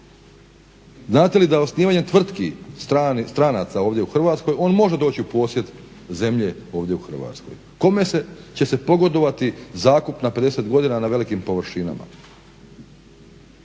Znate li da osnivanje tvrtki stranaca ovdje u Hrvatskoj on može doći u posjed zemlje ovdje u Hrvatskoj. Kome će se pogodovati zakup na 50 godina na velikim površinama?